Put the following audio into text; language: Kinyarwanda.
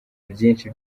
byinshi